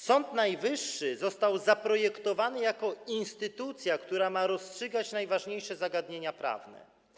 Sąd Najwyższy został zaprojektowany jako instytucja, która ma rozstrzygać najważniejsze zagadnienia prawne.